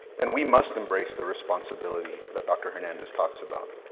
then we must embrace the responsibility that dr. hernandez talks about.